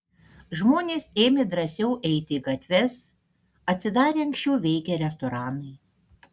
žmonės ėmė drąsiau eiti į gatves atsidarė anksčiau veikę restoranai